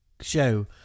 show